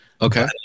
okay